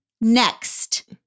Next